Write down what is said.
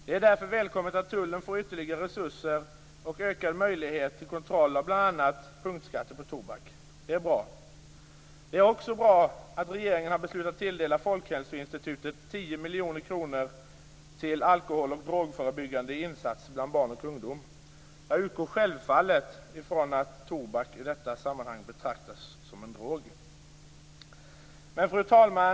Det är därför välkommet att tullen får ytterligare resurser och ökade möjligheter till kontroll av bl.a. punktskatter på tobak. Det är bra. Det är också bra att regeringen har beslutat att tilldela Folkhälsoinstitutet 10 miljoner kronor till alkohol och drogförebyggande insatser bland barn och ungdom. Jag utgår självfallet ifrån att tobak i detta sammanhang betraktas som en drog. Fru talman!